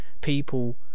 people